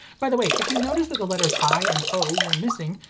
by the way, if you noticed that the letters i and o were missing,